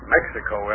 Mexico